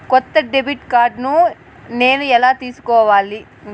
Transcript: కొత్త debit card నేను ఎలా తీసుకోవాలి?